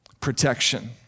Protection